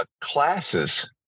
classes